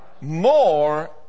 More